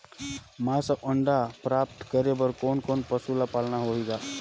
मांस अउ अंडा प्राप्त करे बर कोन कोन पशु ल पालना होही ग?